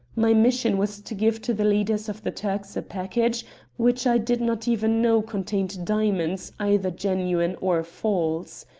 my mission was to give to the leaders of the turks a package which i did not even know contained diamonds, either genuine or false.